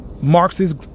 Marxist